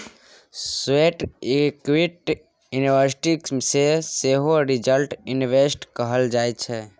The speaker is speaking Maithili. स्वेट इक्विटी इन्वेस्टर केँ सेहो रिटेल इन्वेस्टर कहल जाइ छै